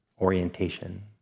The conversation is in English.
orientation